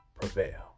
prevail